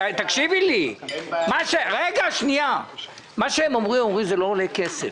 הם אומרים שזה לא עולה כסף,